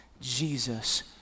Jesus